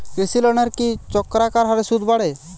কৃষি লোনের কি চক্রাকার হারে সুদ বাড়ে?